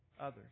others